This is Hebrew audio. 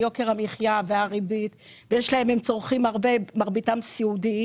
בגלל יוקר המחייה והריבית צורכים הרבה,